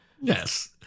Yes